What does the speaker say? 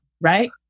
right